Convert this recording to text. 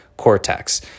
cortex